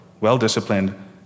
well-disciplined